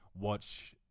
watch